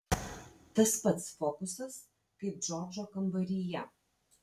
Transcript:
tas pats fokusas kaip džordžo kambaryje